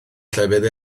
llefydd